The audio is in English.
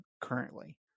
currently